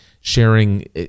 sharing